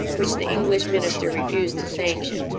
which the english minister refused to sanction,